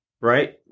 right